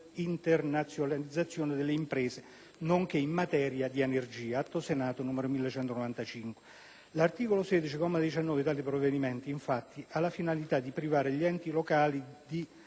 l'internazionalizzazione delle imprese, nonché in materia di energia (Atto Senato n. 1195). L'articolo 16, comma 19, di tale provvedimento, infatti, ha la finalità di privare gli enti locali